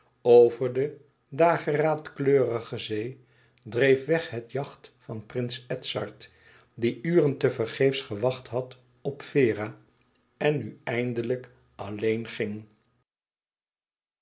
over de dageraadkleurige zee dreef weg het yacht van prins edzard die uren te vergeefs gewacht had op vera en nu eindelijk alleen ging